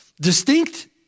distinct